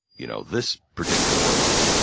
you know this particular point of view?